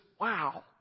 wow